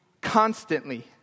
constantly